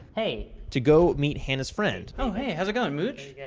hey to go meet hannah's friend oh hey. how's it going, mooj? yeah